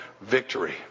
victory